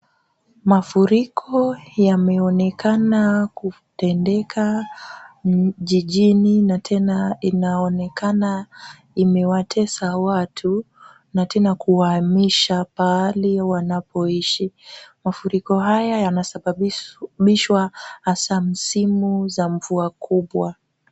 Mafuriko yameonekana kutendeka jijini na tena inaonekana imewatesa watu na tena kuwahamisha pahali wanapoishi. Mafuriko haya yanasababishwa hasa msimu za mvua kubwa.